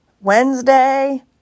Wednesday